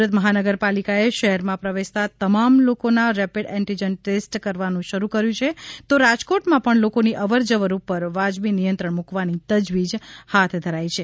સ્રત મહાનગરપાલિકાએ શહેરમાં પ્રવેશતા તમામ લોકોના રેપિડ એંટીજન ટેસ્ટ કરવાનું શરૂ કર્યું છે તો રાજકોટમાં પણ લોકો ની અવરજવર ઉપર વાજબી નિયંત્રણ મૂકવાની તજવીજ હાથ ધરાઈ છે